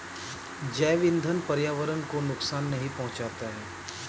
जैव ईंधन पर्यावरण को नुकसान नहीं पहुंचाता है